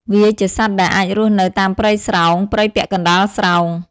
វាជាសត្វដែលអាចរស់នៅតាមព្រៃស្រោង ព្រៃពាក់កណ្តាលស្រោង។